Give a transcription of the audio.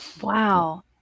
Wow